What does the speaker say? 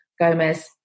Gomez